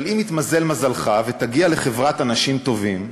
אבל אם יתמזל מזלך ותגיע לחברת אנשים טובים,